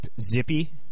Zippy